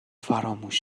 فراموش